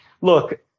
look